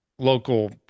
Local